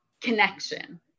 connection